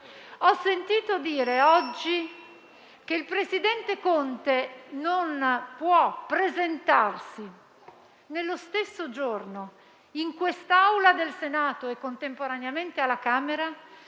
ho sentito dire oggi che il presidente Conte non può presentarsi nello stesso giorno in quest'Aula del Senato e alla Camera